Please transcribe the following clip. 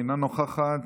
אינה נוכחת,